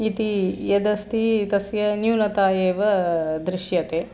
इति यदस्ति तस्य न्यूनता एव दृश्यते